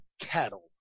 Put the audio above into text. cattle